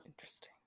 interesting